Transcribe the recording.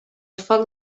foc